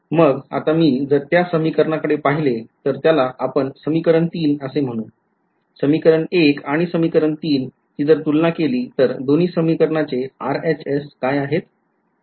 मग आता मी जर त्या समीकरणाकडे पहिले तर त्याला आपण समीकरण ३ असे म्हणू समीकरण १ आणि समीकरण ३ ची जर तुलना केली तर दोन्ही समीकरणाचे RHS काय आहेत